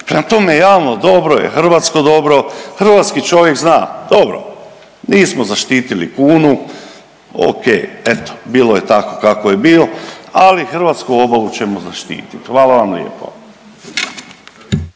Prema tome, javno dobro je hrvatsko dobro, hrvatski čovjek zna, dobro nismo zaštitili kunu, ok eto bilo je tako kako je bilo, ali hrvatsku obalu ćemo zaštiti. Hvala vam lijepo.